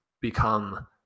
become